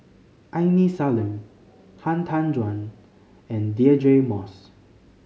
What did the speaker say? Aini Salim Han Tan Juan and Deirdre Moss